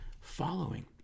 following